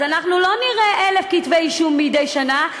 אז אנחנו לא נראה 1,000 כתבי-אישום מדי שנה,